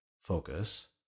Focus